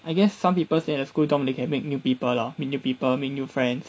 I guess some people stay at school dorm they can meet new people lah meet new people make new friends